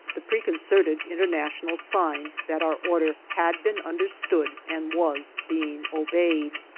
the preconcerted international sign that our order had been understood and was being obeyed.